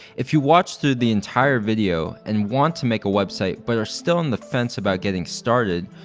if you watched through the entire video and want to make a website, but are still on the fence about getting started,